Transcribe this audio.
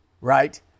right